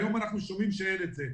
היום אנחנו שומעים שאין את זה.